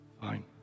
Fine